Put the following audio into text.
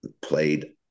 played